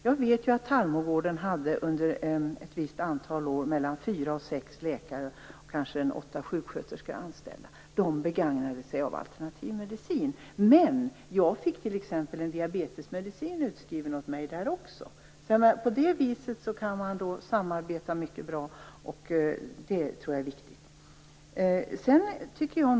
Jag vet Tallmogården under ett antal år hade mellan fyra och sex läkare och kanske åtta sjuksköterskor anställda, vilka begagnade sig av alternativ medicin. Men jag fick t.ex. en diabetesmedicin utskriven där också, så samarbetet fungerar mycket bra, och det är viktigt.